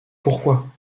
pourquoi